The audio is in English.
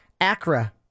Accra